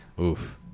oof